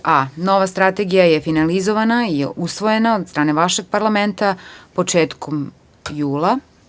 Pod a) - Nova strategija je finalizovana i usvojena je od strane vašeg parlamenta početkom jula.